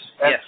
yes